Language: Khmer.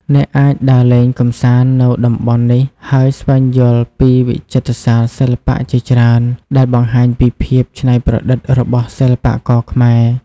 អ្នកអាចដើរលេងកម្សាន្តនៅតំបន់នេះ ហើយស្វែងយល់ពីវិចិត្រសាលសិល្បៈជាច្រើន ដែលបង្ហាញពីភាពច្នៃប្រឌិតរបស់សិល្បករខ្មែរ។